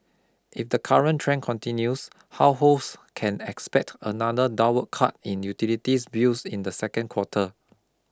if the current trend continues households can expect another downward cut in utilities bills in the second quarter